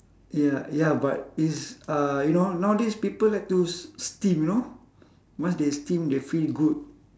ya ya but it's uh you know nowadays people like to s~ steam you know once they steam they feel good